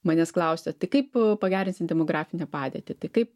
manęs klausia tai kaip pagerinsim demografinę padėtį tai kaip